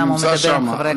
אומנם הוא מדבר עם חברי הכנסת.